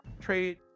Trade